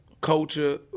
culture